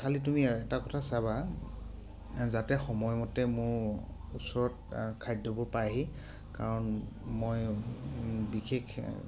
খালি তুমি এটা কথা চাবা যাতে সময়মতে মোৰ ওচৰত খাদ্যবোৰ পাইহি কাৰণ মই বিশেষ